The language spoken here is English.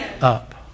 up